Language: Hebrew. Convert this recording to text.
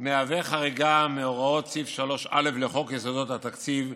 מהווה חריגה מהוראת סעיף 3א לחוק יסודות התקציב,